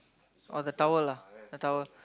oh the tower lah the tower